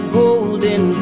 golden